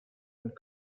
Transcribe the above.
and